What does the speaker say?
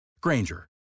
Granger